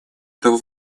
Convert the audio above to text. этого